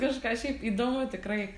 kažką šiaip įdomu tikrai